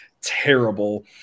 terrible